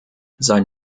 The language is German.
sein